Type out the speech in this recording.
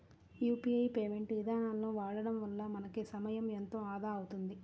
UPI payment ఇదానాలను వాడడం వల్ల మనకి సమయం ఎంతో ఆదా అవుతుంది